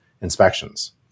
inspections